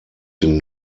den